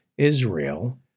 israel